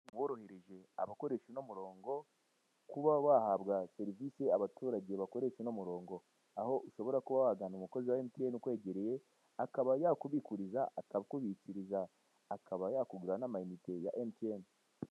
Borohereje abakoresha uno murongo kuba bahabwa serivisi abaturage bakoresha uno murongo aho ushobora kuba wagana umukozi wa MTN ukwegereye akaba yakubikiriza akakubikuriza akagurira n'amainite kuri MTN.